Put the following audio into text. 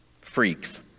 freaks